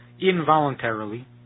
involuntarily